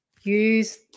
use